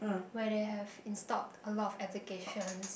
where they have installed a lot of applications